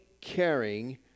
caring